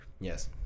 Yes